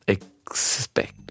Expect